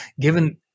given